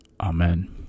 Amen